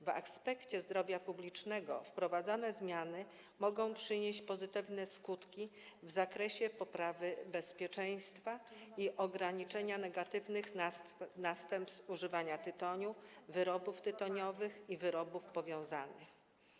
Jeżeli chodzi o zdrowie publiczne, to wprowadzane zmiany mogą przynieść pozytywne skutki w zakresie poprawy bezpieczeństwa i ograniczenia negatywnych następstw używania tytoniu, wyrobów tytoniowych i wyrobów powiązanych.